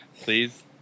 Please